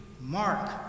mark